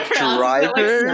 driver